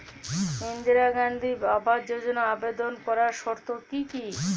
ইন্দিরা গান্ধী আবাস যোজনায় আবেদন করার শর্ত কি কি?